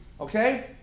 okay